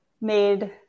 made